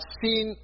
seen